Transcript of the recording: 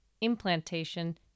implantation